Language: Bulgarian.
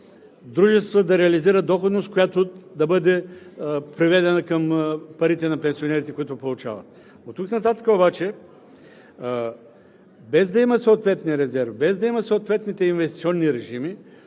дружествата да реализират доходност, която да бъде приведена към парите на пенсионерите, които получават. Оттук нататък обаче, без да го има съответния резерв и без да има съответни инвестиционни режими,